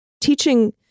teaching